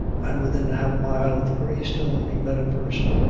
and within half a mile of the grey stone he met a person,